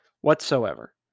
whatsoever